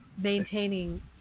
maintaining